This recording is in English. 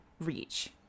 reach